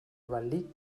валли